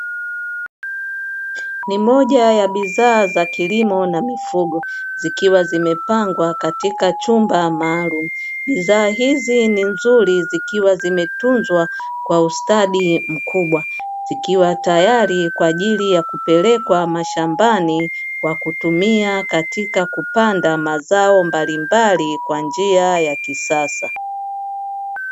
Ni moja ya bidhaa za kilimo na mifugo zikiwa zimepangwa katika chumba maalumu, bidhaa hizi ni nzuri zikiwa zimetunzwa kwa ustadi mkubwa. Zikiwa teyari kwa ajili ya kupelekwa mashambani kwa kutumia katika kupanda mazao mbalimbali kwa njia ya kisasa.